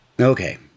Okay